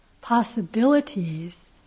possibilities